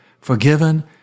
forgiven